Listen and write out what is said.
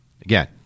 Again